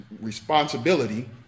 responsibility